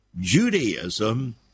Judaism